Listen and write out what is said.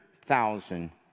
thousand